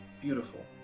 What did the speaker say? beautiful